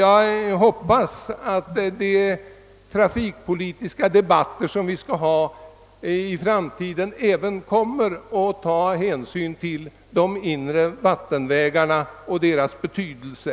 Jag hoppas att det i de framtida trafikpolitiska debatterna även kommer att tas hänsyn till de inre vatienvägarnas betydelse.